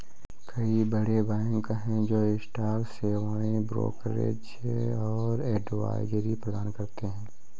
कई बड़े बैंक हैं जो स्टॉक सेवाएं, ब्रोकरेज और एडवाइजरी प्रदान करते हैं